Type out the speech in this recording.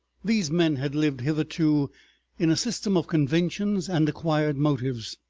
these men had lived hitherto in a system of conventions and acquired motives,